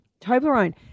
Toblerone